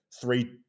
three